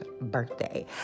birthday